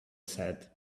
said